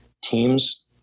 teams